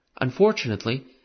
Unfortunately